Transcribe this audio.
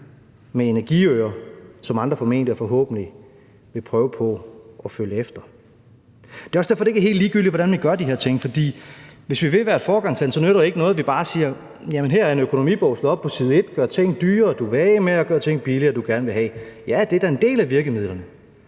med energiøer, som andre formentlig og forhåbentlig vil prøve på at følge efter. Kl. 18:08 Det er også derfor, det ikke er helt ligegyldigt, hvordan vi gør de her ting. For hvis vi vil være et foregangsland, nytter det ikke noget, at vi bare siger, at her er der en økonomibog, hvor du kan slå op på side 1: Gør ting, du vil af med, dyrere, og gør ting, du gerne vil have, billigere. Ja, det er da en del af virkemidlerne,